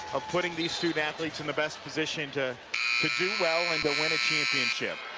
of putting the student athletesin the best position to to do well and win a championship.